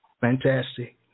Fantastic